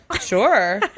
Sure